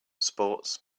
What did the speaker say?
sports